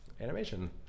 animation